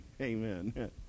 Amen